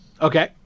Okay